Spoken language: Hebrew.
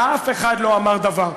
אף אחד לא אמר דבר,